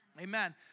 Amen